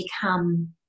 become